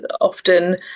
often